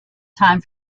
time